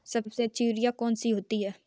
सबसे अच्छी यूरिया कौन सी होती है?